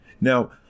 Now